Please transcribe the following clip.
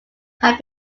have